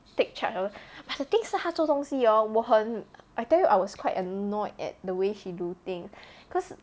take charge hor the thing 是她做东西 hor 我很 I tell you I was quite annoyed at the way she do thing cause